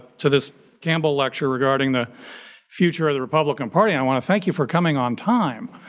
to this campbell lecture regarding the future of the republican party. i wanna thank you for coming on time.